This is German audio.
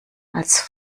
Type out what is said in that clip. als